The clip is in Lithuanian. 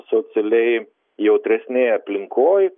socialiai jautresnėj aplinkoj